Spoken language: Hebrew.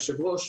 היושב ראש,